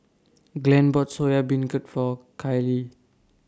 Glen bought Soya Beancurd For Kyleigh